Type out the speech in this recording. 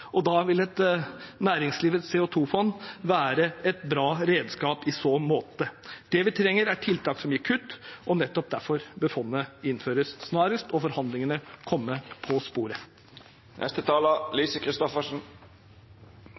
og da vil et næringslivets CO 2 -fond være et bra redskap i så måte. Det vi trenger, er tiltak som gir kutt, og nettopp derfor bør fondet innføres snarest og forhandlingene komme på sporet.